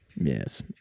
yes